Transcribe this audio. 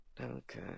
Okay